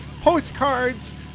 Postcards